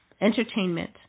entertainment